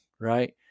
right